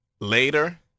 later